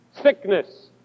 sickness